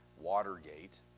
Watergate